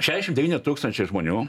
šeešim devyni tūkstančiai žmonių